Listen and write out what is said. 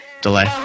delay